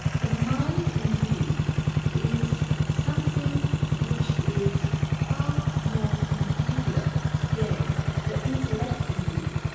the mind in you is something which is far more inferior than the intellect in you,